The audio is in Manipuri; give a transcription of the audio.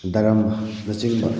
ꯗꯔꯝꯅ ꯆꯤꯡꯕ